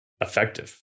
effective